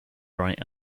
right